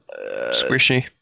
Squishy